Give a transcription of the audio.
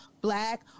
black